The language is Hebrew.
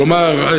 כלומר,